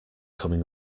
coming